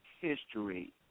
history